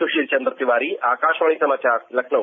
सुशील चंद तिवारी आकाशवाणी समाचार लखनऊ